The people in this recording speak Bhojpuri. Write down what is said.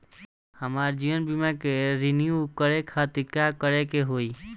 हमार जीवन बीमा के रिन्यू करे खातिर का करे के होई?